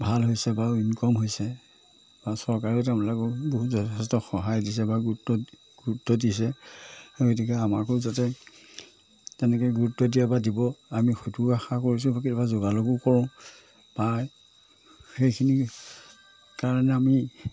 ভাল হৈছে বা ইনকম হৈছে বা চৰকাৰেও তেওঁলোকেও বহুত যথেষ্ট সহায় দিছে বা গুৰুত্ব গুৰুত্ব দিছে সেই গতিকে আমাকো যাতে তেনেকৈ গুৰুত্ব দিয়াৰ পৰা দিব আমি সেইটোও আশা কৰিছোঁ বা কেতিয়াবা যোগাযোগো কৰোঁ পায় সেইখিনি কাৰণে আমি